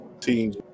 teams